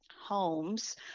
homes